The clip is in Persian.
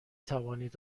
توانید